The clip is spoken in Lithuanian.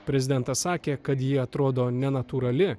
prezidentas sakė kad ji atrodo nenatūrali